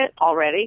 already